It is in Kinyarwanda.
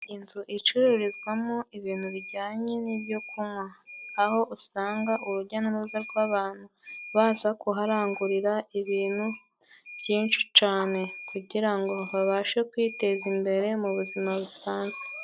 Inzu icururizwamo ibintu bijyanye n'ibyo kunywa, aho usanga urujya n'uruza rw'abantu baza kuharangurira ibintu byinshi cane, kugira ngo babashe kwiteza imbere mu buzima busanzwe.